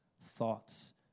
thoughts